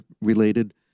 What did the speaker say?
related